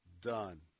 done